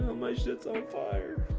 my shits on fire